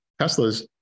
Teslas